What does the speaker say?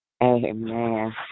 Amen